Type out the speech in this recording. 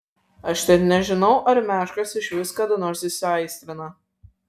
aš net nežinau ar meškos išvis kada nors įsiaistrina